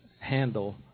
handle